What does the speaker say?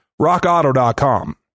rockauto.com